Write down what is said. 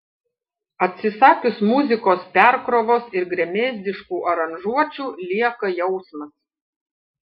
atsisakius muzikos perkrovos ir gremėzdiškų aranžuočių lieka jausmas